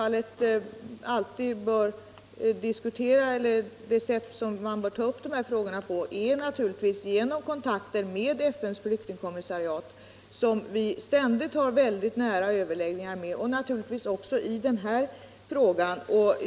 De här frågorna bör vi naturligtvis ta upp med FN:s flyktingkommissariat. som vi ständigt har överläggningar med. Så sker också i den här frågan.